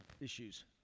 issues